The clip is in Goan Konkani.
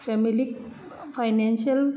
फेमिलीक फायनेनशियल